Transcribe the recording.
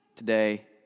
today